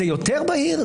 זה יותר בהיר,